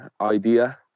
idea